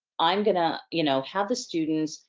i'm gonna, you know have the students,